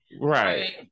Right